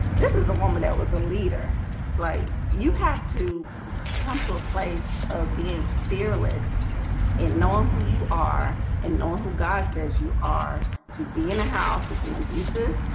this is the woman that was a leader like you have to come to a place of being fearless and knowing who you are and knowing who god says you are to be in a house with an abusive,